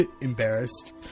embarrassed